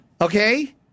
Okay